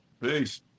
Peace